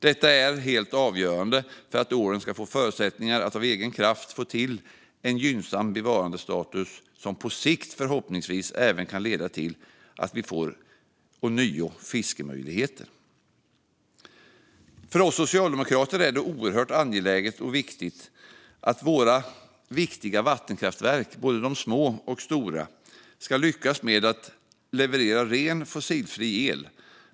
Detta är helt avgörande för att ålen ska få förutsättningar att av egen kraft få till en gynnsam bevarandestatus som på sikt förhoppningsvis även kan leda till att vi ånyo får fiskemöjligheter. För oss socialdemokrater är det oerhört angeläget att våra viktiga vattenkraftverk, både de små och de stora, ska lyckas med att leverera ren fossilfri el.